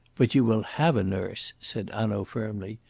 but you will have a nurse, said hanaud firmly.